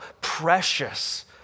precious